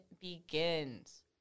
begins